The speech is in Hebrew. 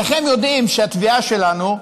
שניכם יודעים שהתביעה שלנו,